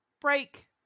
Break